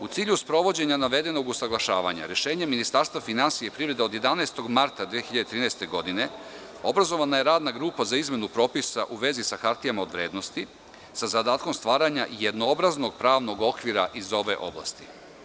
U cilju sprovođenja navedenog usaglašavanja rešenjem Ministarstva finansija i privrede od 11. marta 2013. godine obrazovana je radna grupa za izmenu propisa u vezi sa hartijama od vrednosti, sa zadatkom stvaranja jednoobraznog pravnog okvira iz ove oblasti.